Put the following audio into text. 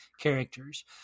characters